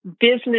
business